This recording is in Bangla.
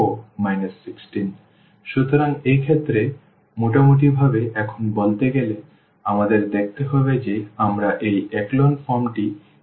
b4 1 6 সুতরাং এক্ষেত্রে মোটামুটিভাবে এখন বলতে গেলে আমাদের দেখতে হবে যে আমরা এই echelon form টি পেয়েছি কিনা